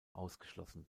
ausgeschlossen